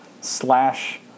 slash